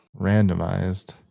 Randomized